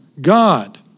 God